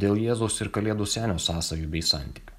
dėl jėzaus ir kalėdų senio sąsajų bei santykių